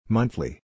Monthly